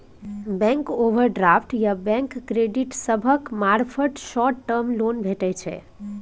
bank overdraft या trade credit सभक मार्फत शॉर्ट टर्म लोन भेटइ छै